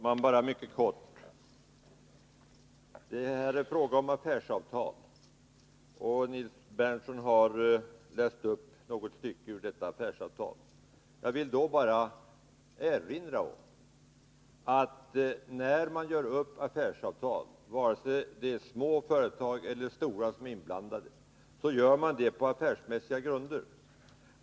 Herr talman! Här är det fråga om ett affärsavtal, som Nils Berndtson har läst upp något stycke av. Jag vill erinra om att när man gör ett affärsavtal, gör man det på affärsmässiga grunder, vare sig det är små eller stora företag som är inblandade.